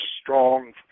strong